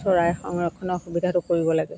চৰাই সংৰক্ষণৰ সুবিধাটো কৰিব লাগে